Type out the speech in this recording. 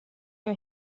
you